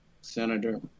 Senator